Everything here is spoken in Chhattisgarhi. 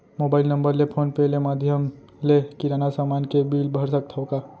मोबाइल नम्बर ले फोन पे ले माधयम ले किराना समान के बिल भर सकथव का?